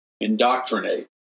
Indoctrinate